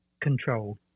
control